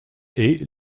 est